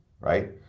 right